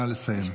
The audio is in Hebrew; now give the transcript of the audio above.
נא לסיים.